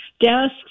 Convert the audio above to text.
desks